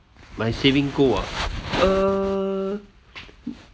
my saving goal ah uh